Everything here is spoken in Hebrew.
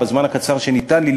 בזמן הקצר שניתן לי,